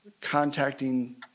contacting